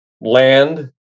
land